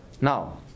now